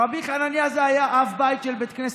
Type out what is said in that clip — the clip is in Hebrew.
רבי חנניה היה אב בית של כנסת,